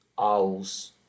owls